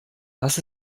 das